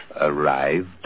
arrived